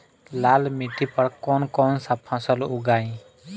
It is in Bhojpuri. लाल मिट्टी पर कौन कौनसा फसल उगाई?